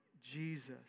Jesus